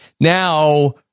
now